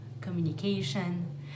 communication